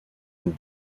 and